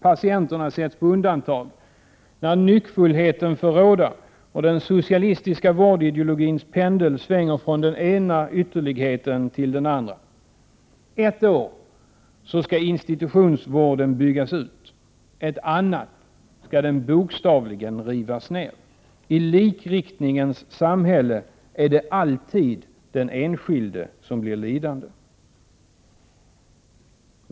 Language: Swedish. Patienterna sätts på undantag, när nyckfullheten får råda och den socialistiska vårdideologins pendel svänger från den ena ytterligheten till den andra. Ett år skall institutionsvården byggas ut. Ett annat skall den bokstavligen rivas ned. I likriktningens samhälle är det alltid den enskilde som blir lidande.